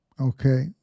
Okay